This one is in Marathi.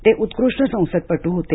ते उत्कृष्ट संसदपटू होते